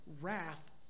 wrath